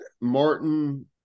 martin